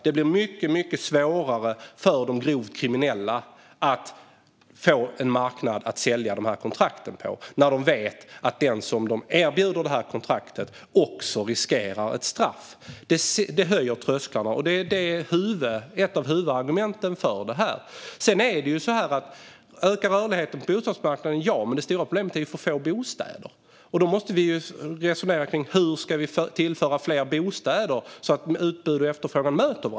Det blir också mycket svårare för grovt kriminella att få en marknad att sälja dessa kontrakt på när det vet att också den som de erbjuder kontraktet riskerar ett straff. Det höjer trösklarna, och det är ett av huvudargumenten för detta. Ja, vi måste öka rörligheten på bostadsmarknaden. Det stora problemet är dock att det finns för få bostäder. Då måste vi resonera om hur vi tillför fler bostäder så att utbud och efterfrågan möts.